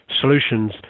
solutions